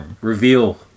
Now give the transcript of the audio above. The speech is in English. Reveal